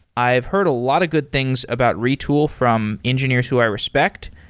i've heard a lot of good things about retool from engineers who i respect.